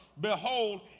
Behold